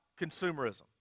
consumerism